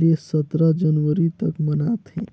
ले सतरा जनवरी तक मनाथें